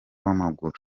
w’amaguru